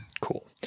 Cool